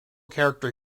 character